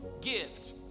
gift